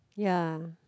ya